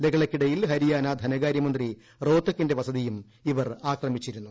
ലഹളയ്ക്കിടയിൽ ഹരിയാന ധനകാരൃമന്ത്രി റോതക്കിന്റെ വസതിയും ഇവർ ആക്രമിച്ചിരുന്നു